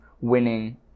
winning